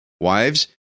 Wives